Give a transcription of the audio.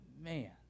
man